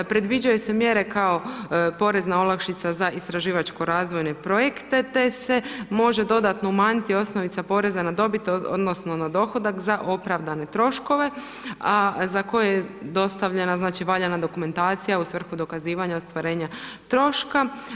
Predviđaju se mjere kao porezna olakšica za istraživačko-razvojne projekte te se može dodatno umanjiti osnovica poreza na dobit odnosno na dohodak za opravdane troškove, a za koje je dostavljena valjana dokumentacija u svrhu dokazivanja ostvarenja troška.